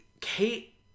Kate